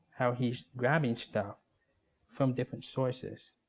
how he's grabbing stuff from different sources.